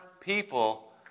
people